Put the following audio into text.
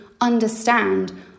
understand